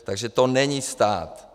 Takže to není stát.